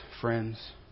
friends